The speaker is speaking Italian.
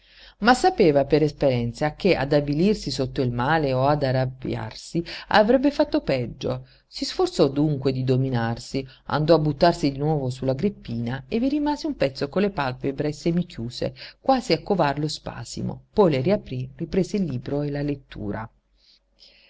ma sapeva per esperienza che ad avvilirsi sotto il male o ad arrabbiarsi avrebbe fatto peggio si sforzò dunque di dominarsi andò a buttarsi di nuovo su la greppina e vi rimase un pezzo con le palpebre semichiuse quasi a covar lo spasimo poi le riaprí riprese il libro e la lettura